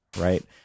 right